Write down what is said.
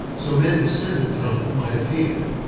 so men descended from them might have hated it.